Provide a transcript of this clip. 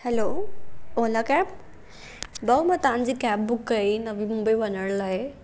hello Ola cab भाऊ मां तव्हांजी कैब बुक कई नवी मुंबई वञण लाइ